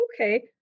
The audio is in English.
Okay